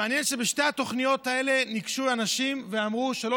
מעניין שבשתי התוכניות האלה ניגשו אנשים ואמרו שלא